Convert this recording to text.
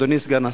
אדוני סגן השר,